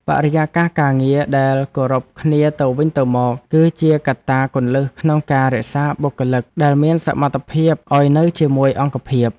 បរិយាកាសការងារដែលគោរពគ្នាទៅវិញទៅមក គឺជាកត្តាគន្លឹះក្នុងការរក្សាបុគ្គលិកដែលមានសមត្ថភាពឱ្យនៅជាមួយអង្គភាព។